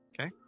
Okay